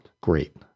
Great